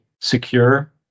secure